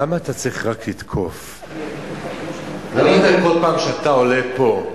למה אתה צריך רק לתקוף כל פעם כשאתה עולה פה?